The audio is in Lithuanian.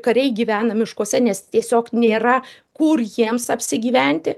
kariai gyvena miškuose nes tiesiog nėra kur jiems apsigyventi